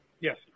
Yes